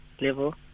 level